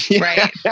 right